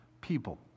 people